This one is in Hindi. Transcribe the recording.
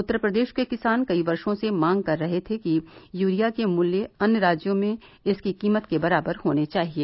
उत्तर प्रदेश के किसान कई वर्षो से मांग करते रहे हैं कि यूरिया के मूल्य अन्य राज्यों में इसकी कीमत के बराबर होने चाहिएं